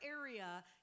area